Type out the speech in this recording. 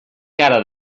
cara